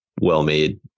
well-made